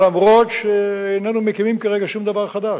למרות שאיננו מקימים כרגע שום דבר חדש,